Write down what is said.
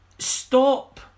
Stop